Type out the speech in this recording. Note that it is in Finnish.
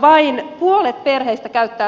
vain puolet perheistä käyttää vuoden ajan